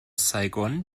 saigon